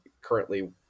currently